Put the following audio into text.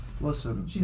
Listen